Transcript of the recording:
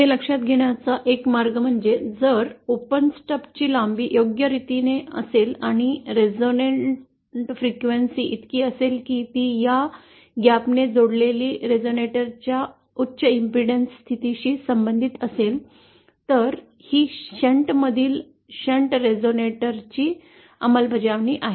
हे लक्षात घेण्याचा एक मार्ग म्हणजे जर ओपन स्टब चि लांबी योग्यरितीने असेल आणि रेझोनंट फ्रिक्वेन्सी इतकी असेल की ती या ग्याप ने जोडलेले रेझोनेटरच्या उच्च प्रतिबाधा स्थितीशी संबंधित असेल तर ही शंट मधील शंट रेझोनेटर ची अंमलबजावणी आहे